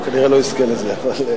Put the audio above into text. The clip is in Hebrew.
כנראה לא אזכה לזה.